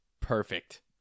perfect